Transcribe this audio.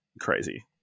crazy